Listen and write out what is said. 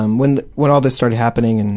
um when when all this started happening, and